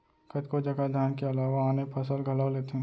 कतको जघा धान के अलावा आने फसल घलौ लेथें